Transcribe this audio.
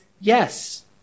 yes